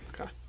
okay